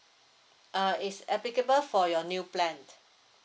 uh is applicable for your new plan